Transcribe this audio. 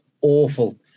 awful